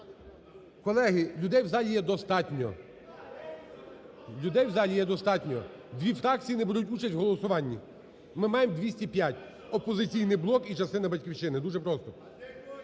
достатньо, людей в залі є достатньо. Дві фракції не беруть участь в голосуванні, ми маємо 205. "Опозиційний блок" і частина "Батьківщини", дуже просто.